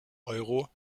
euro